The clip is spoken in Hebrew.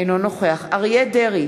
אינו נוכח אריה דרעי,